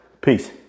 Peace